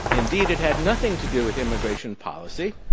indeed it had nothing to do with immigration policy.